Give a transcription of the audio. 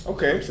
Okay